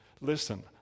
listen